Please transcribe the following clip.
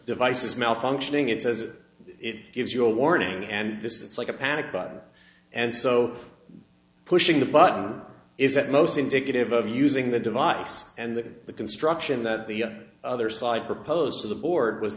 device is malfunctioning it says it gives you a warning and this it's like a panic button and so pushing the button is that most indicative of using the device and that the construction that the other side proposed to the board w